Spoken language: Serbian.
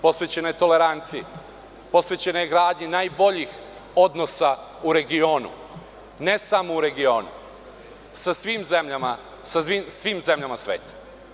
Posvećena je toleranciji, posvećena je gradnji najboljih odnosa u regionu, ne samo u regionu, sa svim zemljama sveta.